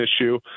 issue